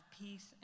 peace